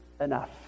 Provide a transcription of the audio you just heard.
enough